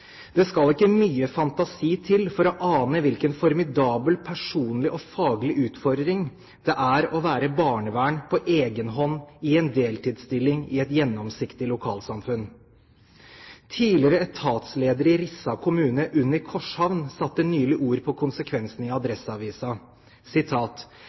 Det skal ikke mye fantasi til for å ane hvilken formidabel personlig og faglig utfordring det er å være barnevern på egenhånd i en deltidsstilling i et gjennomsiktig lokalsamfunn. Tidligere etatsleder i Rissa kommune, Unni Korshavn, satte ord på konsekvensen – i